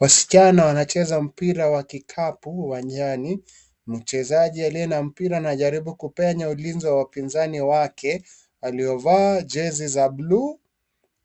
Wasichana wanacheza mpira wa kikapu uwanjani. mchezaji aliye na mpira anajaribu kupenya ulinzi wa wapinzani wake, aliovaa jezi za buluu,